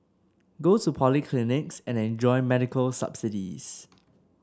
go to polyclinics and enjoy medical subsidies